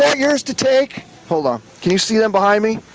eight years to take fuller. can you see them behind me?